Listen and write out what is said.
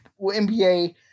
NBA